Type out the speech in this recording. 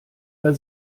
bei